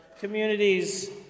communities